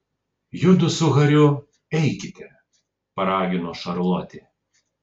judu su hariu eikite paragino šarlotė